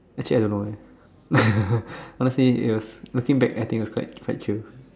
actually I don't know eh honestly it was looking back I think it was quite chill